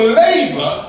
labor